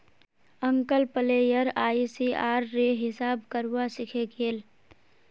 uncle player ICR रे हिसाब करवा सीखे गेल